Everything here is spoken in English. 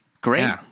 great